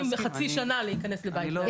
מחכים חצי שנה להיכנס לבית מאזן.